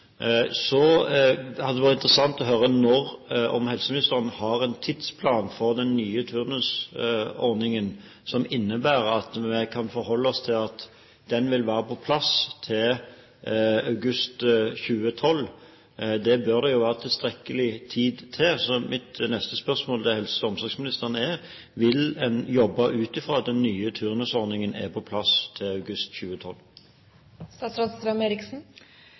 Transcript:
hadde vært interessant å høre om helseministeren har en tidsplan for den nye turnusordningen, om vi kan forholde oss til at den vil være på plass til august 2012. Det bør det jo være tilstrekkelig tid til. Så mitt neste spørsmål til helse- og omsorgsministeren er: Vil man jobbe ut fra at den nye turnusordningen er på plass til august